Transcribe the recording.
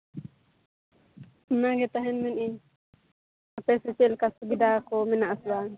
ᱤᱱᱟᱹᱜᱮ ᱛᱟᱦᱞᱮ ᱢᱮᱱᱮᱫᱼᱟᱹᱧ ᱟᱯᱮ ᱥᱮᱫ ᱪᱮᱫᱞᱮᱠᱟ ᱥᱩᱵᱤᱫᱟ ᱠᱚ ᱢᱮᱱᱟᱜᱼᱟ ᱥᱮ ᱵᱟᱝ